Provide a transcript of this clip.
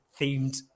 themed